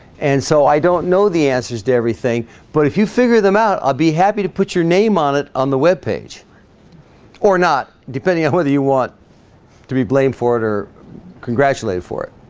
and so i don't know the answers to everything but if you figure them out i'll be happy to put your name on it on the webpage or not depending on whether you want to be blamed for it or congratulate for it